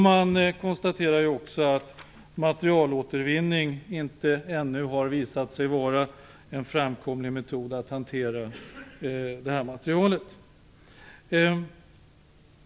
Man konstaterar också att materialåtervinning ännu inte har visat sig vara en framkomlig metod för att hantera detta material.